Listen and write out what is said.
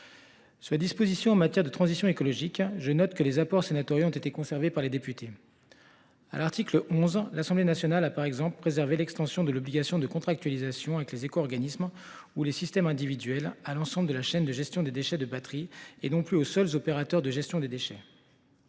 première lecture. En matière de transition écologique, je note que les apports sénatoriaux ont été conservés par nos collègues députés. À l’article 11, l’Assemblée nationale a ainsi préservé l’extension de l’obligation de contractualisation avec les éco organismes ou les systèmes individuels à l’ensemble de la chaîne de gestion des déchets de batteries : cette mesure n’est donc plus limitée aux seuls opérateurs de gestion de déchets.